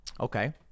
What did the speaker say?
Okay